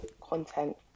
content